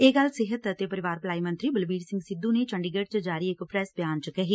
ਇਹ ਗੱਲ ਸਿਹਤ ਅਤੇ ਪਰਿਵਾਰ ਭਲਾਈ ਮੰਤਰੀ ਬਲਬੀਰ ਸਿੰਘ ਸਿੱਧੂ ਨੇ ਚੰਡੀਗੜ੍ਹ ਚ ਜਾਰੀ ਇਕ ਪ੍ਰੈਸ ਬਿਆਨ ਚ ਕਹੀ